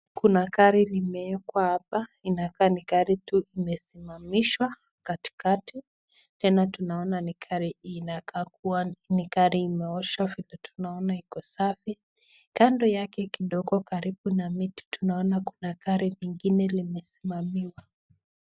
Kuna gari limeekwa hapa inakaa ni gari tu imesimamishwa katikatika tena tunaona ni gari inakaa kuwa ni gari imeoshwa vile tunaona iko safi. Kando yake kidogo karibu na mtu tunaona kuna gari lingine limesimamiwa.